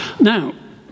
Now